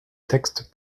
texte